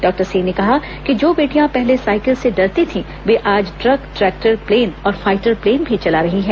doctor Singh ने कहा कि जो बेटियां पहले साइकिल से डरती थीं वो आज ट्रक ट्रैक्टर प्लेन और फाइटर प्लेन भी चला रही हैं